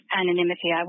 anonymity